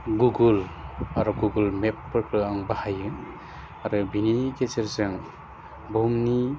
Google आरो Google map फोरखौ आं बाहायो आरो बिनि गेजेरजों बुहुमनि